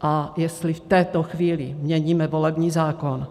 A jestli v této chvíli měníme volební zákon,